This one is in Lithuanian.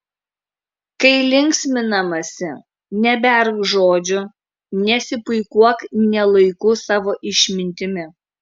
kai linksminamasi neberk žodžių nesipuikuok ne laiku savo išmintimi